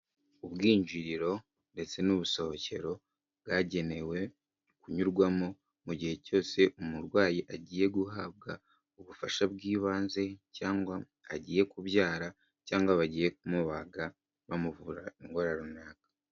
Ubwinjiriro ndetse n'ubusohokero bwagenewe kunyurwamo, mu gihe cyose umurwayi agiye guhabwa ubufasha bw'ibanze cyangwa agiye kubyara cyangwa bagiye kumubaga bamuvura indwara runaka.